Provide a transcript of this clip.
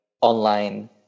online